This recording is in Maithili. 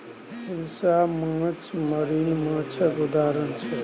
हिलसा माछ मरीन माछक उदाहरण छै